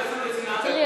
תראי,